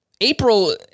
April